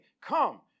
come